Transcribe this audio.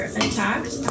attacked